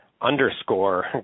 underscore